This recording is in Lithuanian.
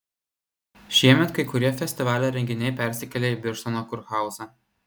šiemet kai kurie festivalio renginiai persikėlė į birštono kurhauzą